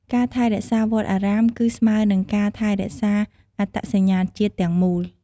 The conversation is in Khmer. ការថែរក្សាវត្តអារាមគឺស្មើនឹងការថែរក្សាអត្តសញ្ញាណជាតិទាំងមូល។